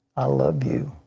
i lve you.